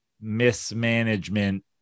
mismanagement